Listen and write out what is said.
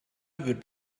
wird